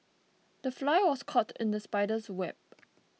the fly was caught in the spider's web